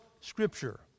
Scripture